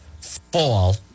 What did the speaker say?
fall